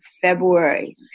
February